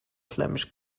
flemish